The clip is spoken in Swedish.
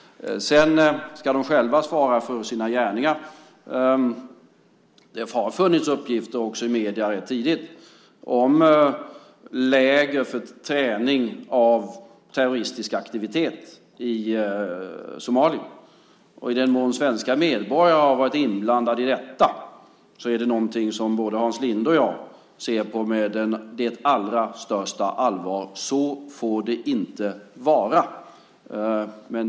De ska sedan själva svara för sina gärningar. Det har ganska tidigt funnits uppgifter i medierna om läger för träning av terroristisk aktivitet i Somalia. I den mån svenska medborgare har varit inblandade i detta är det något som både Hans Linde och jag ser på med största allvar. Så får det inte vara.